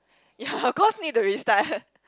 ya of course need to restart ah